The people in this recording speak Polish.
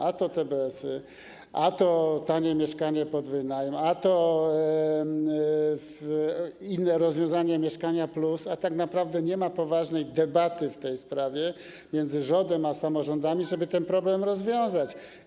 A to TBS-y, a to tanie mieszkania na wynajem, a to inne rozwiązania, ˝Mieszkanie+˝, a tak naprawdę nie ma poważnej debaty w tej sprawie między rządem a samorządami, żeby ten problem rozwiązać.